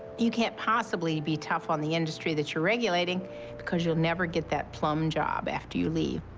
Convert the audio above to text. you can't possibly be tough on the industry that you're regulating because you'll never get that plum job after you leave.